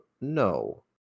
no